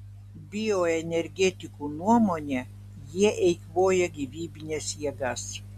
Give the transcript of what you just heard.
bioenergetikų nuomone jie eikvoja gyvybines jėgas